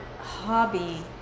hobby